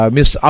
Miss